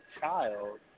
child